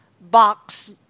box